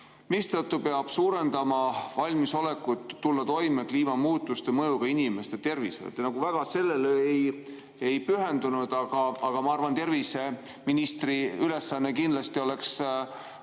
mistõttu peab suurendama valmisolekut tulla toime kliimamuutuste mõjudega inimeste tervisele [...]" Te sellele väga ei pühendunud, aga ma arvan, et terviseministri ülesanne kindlasti oleks